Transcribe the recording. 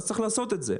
אז צריך לעשות את זה.